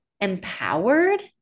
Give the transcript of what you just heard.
empowered